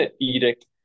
edict